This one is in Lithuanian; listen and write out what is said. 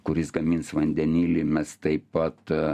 kuris gamins vandenilį mes taip pat